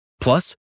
Plus